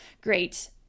great